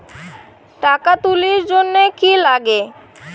টাকা তুলির জন্যে কি লাগে?